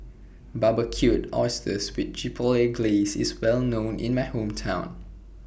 Barbecued Oysters with Chipotle Glaze IS Well known in My Hometown